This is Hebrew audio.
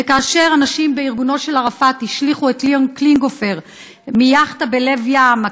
וכאשר אנשים בארגונו של ערפאת השליכו את לאון קלינגהופר מיאכטה בלב ים,